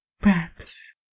breaths